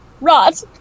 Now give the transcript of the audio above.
Rot